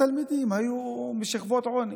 התלמידים היו משכבות עוני.